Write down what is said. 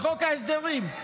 בחוק ההסדרים?